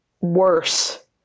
worse